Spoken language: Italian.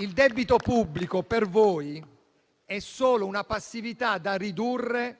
Il debito pubblico per voi è solo una passività da ridurre